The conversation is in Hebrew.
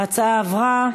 ההצעה עברה.